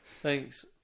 thanks